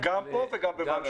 נכון, גם פה וגם בוועדת הכספים.